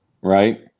right